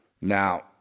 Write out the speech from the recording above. now